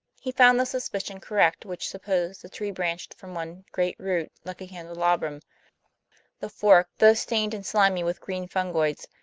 he found the suspicion correct which supposed the tree branched from one great root, like a candelabrum the fork, though stained and slimy with green fungoids,